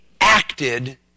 acted